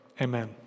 amen